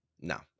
no